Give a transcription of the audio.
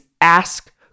ask